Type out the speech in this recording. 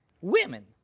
Women